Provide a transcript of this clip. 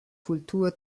kultur